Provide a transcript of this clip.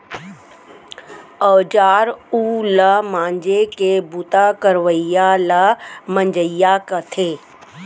औजार उव ल मांजे के बूता करवइया ल मंजइया कथें